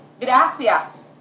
Gracias